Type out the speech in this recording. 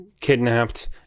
kidnapped